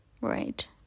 Right